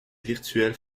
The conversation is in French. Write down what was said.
virtuelles